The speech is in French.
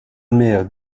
mère